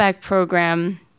program